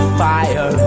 fire